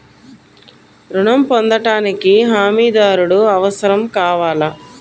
ఋణం పొందటానికి హమీదారుడు అవసరం కావాలా?